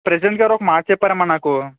president గారు ఒక మాట చెప్పారు అమ్మ నాకు